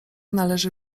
należy